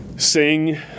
sing